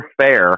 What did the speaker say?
fair